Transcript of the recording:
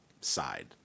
side